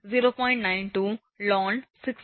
92 ln 6 0